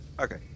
Okay